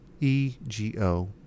E-G-O